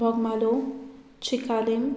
Bogmalo Chicalim